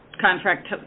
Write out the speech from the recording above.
contract